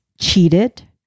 cheated